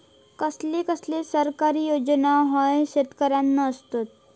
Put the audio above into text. कसले कसले सरकारी योजना न्हान शेतकऱ्यांना आसत?